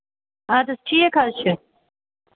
اَدٕ حظ ٹھیٖک حظ چھُ